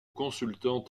consultant